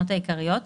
התשכ"א-1961 (להלן-התקנות העיקריות),